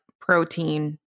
protein